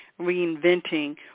reinventing